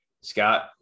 Scott